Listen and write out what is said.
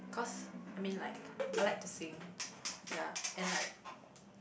cause I mean like I like to sing yeah and like